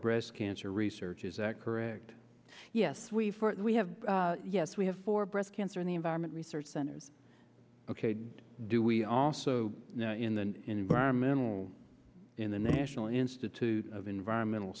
breast cancer research is that correct yes we we have yes we have for breast cancer in the environment research centers okayed do we also in the environmental in the national institute of environmental